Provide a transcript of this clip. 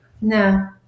No